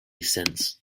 since